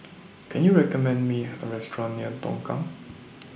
Can YOU recommend Me A Restaurant near Tongkang